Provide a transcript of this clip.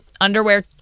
underwear